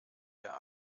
der